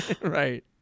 Right